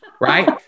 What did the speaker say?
Right